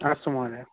अस्तु महोदय